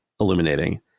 illuminating